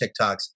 TikToks